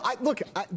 look